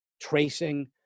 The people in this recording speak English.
tracing